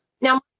now